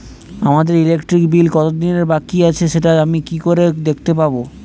আমার electric bill কত দিনের বাকি আছে সেটা আমি কি করে দেখতে পাবো?